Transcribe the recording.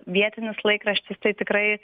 vietinis laikraštis tai tikrai